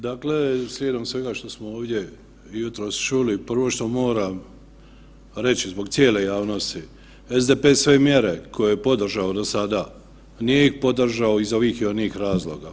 Dakle, slijedom svega što smo ovdje jutros čuli, prvo što moram reći zbog cijele javnosti, SDP sve mjere koje je podržao do sada, nije ih podržao iz ovih i onih razloga.